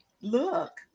look